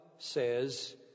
says